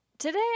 Today